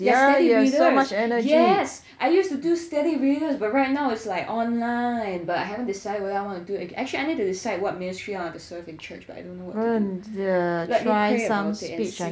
steady readers yes I used to do steady readers but right now it's like online but I haven't decided whether I want to do it ag~ actually I need to decide what ministry I want to serve in church but I don't know what to do likely I will pray and sing